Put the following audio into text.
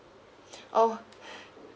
oh